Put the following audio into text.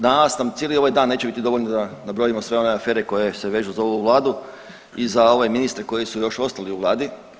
Danas nam cijeli ovaj dan neće biti dovoljan da nabrojimo sve one afere koje se vežu za ovu Vladu i za ove ministre koji su još ostali u Vladi.